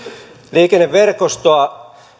liikenneverkostoa